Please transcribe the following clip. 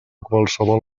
qualsevol